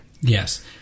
Yes